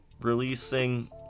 releasing